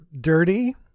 dirty